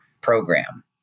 program